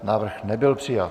Návrh nebyl přijat.